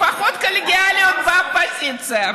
לפחות קולגיאליות באופוזיציה.